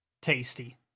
tasty